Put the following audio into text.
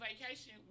vacation